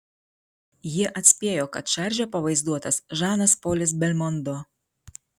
jie atspėjo kad šarže pavaizduotas žanas polis belmondo